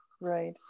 Right